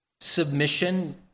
Submission